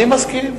אני מסכים.